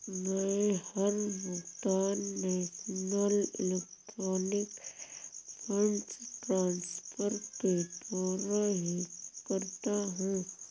मै हर भुगतान national electronic funds transfer के द्वारा ही करता हूँ